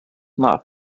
not